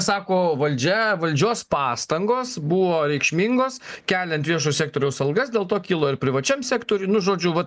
sako valdžia valdžios pastangos buvo reikšmingos keliant viešo sektoriaus algas dėl to kilo ir privačiam sektoriui nu žodžiu va